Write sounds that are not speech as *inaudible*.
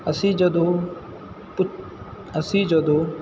ਅਸੀਂ ਜਦੋਂ *unintelligible* ਅਸੀਂ ਜਦੋਂ